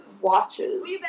watches